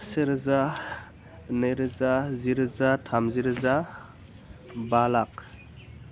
से रोजा नै रोजा जि रोजा थामजि रोजा बा लाख